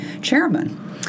chairman